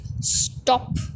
stop